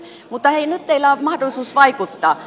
mutta hei nyt teillä on mahdollisuus vaikuttaa